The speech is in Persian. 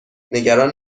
نگران